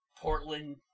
Portland